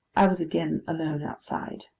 i was again alone outside.